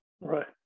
right